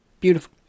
beautiful